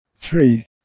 three